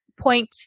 point